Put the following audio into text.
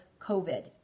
COVID